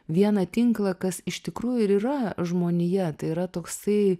vieną tinklą kas iš tikrųjų ir yra žmonija tai yra toksai